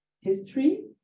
history